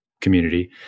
community